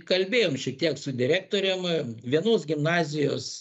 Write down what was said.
kalbėjom šiek tiek su direktorium vienos gimnazijos